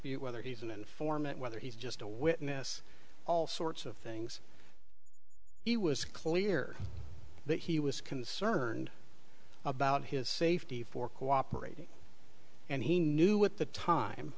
dispute whether he's an informant whether he's just a witness all sorts of things he was clear that he was concerned about his safety for cooperating and he knew at the time